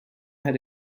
had